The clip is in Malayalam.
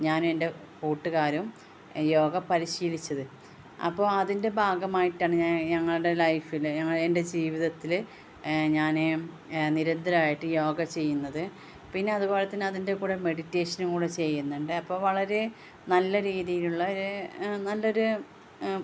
ഞാനും എൻ്റെ കൂട്ടുകാരും യോഗ പരിശീലിച്ചത് അപ്പോൾ അതിൻ്റെ ഭാഗമായിട്ടാണ് ഞാൻ ഞങ്ങളുടെ ലൈഫിൽ ഞങ്ങൾ എൻ്റെ ജീവിതത്തിൽ ഞാൻ നിരന്തരമായിട്ട് യോഗ ചെയ്യുന്നത് പിന്നെ അതുപോലെ തന്നെ അതിൻ്റെ കൂടെ മെഡിറ്റേഷനും കൂടെ ചെയ്യുന്നുണ്ട് അപ്പോൾ വളരെ നല്ല രീതിയിലുള്ള ഒരു ആ നല്ല ഒരു